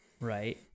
Right